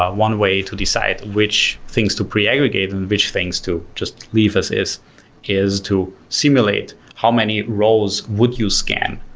ah one way to decide which things to pre-aggregate and which things to just leave us is is to simulate how many rolls would you scan?